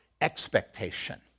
expectation